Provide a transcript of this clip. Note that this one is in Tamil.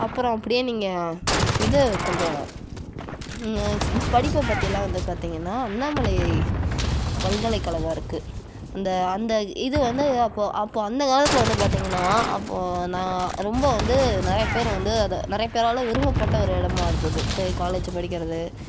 அப்றோம் அப்புடியே நீங்க இது கொஞ்சோம் படிப்ப பத்திலாம் வந்து பாத்திங்கன்னா அண்ணாமலை பல்கலைக்கழகம் இருக்கு அந்த அந்த இது வந்து அப்போ அந்த காலத்துல வந்து பாத்திங்கன்னா அப்போ நான் ரொம்ப வந்து நிறைய பேர் வந்து அதை நிறைய பேரால் விரும்பப்பட்ட இடமாக இருந்தது காலேஜ் படிக்கிறது